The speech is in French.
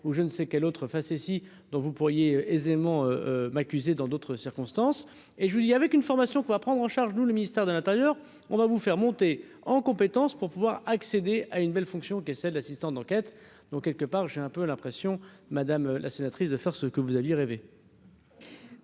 ou je ne sais quel autre facéties dont vous pourriez aisément m'accuser dans d'autres circonstances, et je dis avec une formation qui va prendre en charge ou le ministère de l'Intérieur, on va vous faire monter en compétences pour pouvoir accéder à une belle fonction qui, celle de l'assistant d'enquête, donc quelque part, j'ai un peu l'impression, madame la sénatrice de faire ce que vous aviez rêvé.